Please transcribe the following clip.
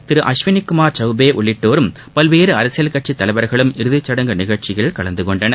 திரு அஸ்வினிகுமார் கவ்பே உள்ளிட்டோரும் பல்வேறு அரசியல் கட்சித் தலைவர்களும் இறுதிச்சடங்கு நிகழ்ச்சியில் கலந்து கொண்டனர்